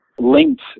linked